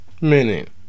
minute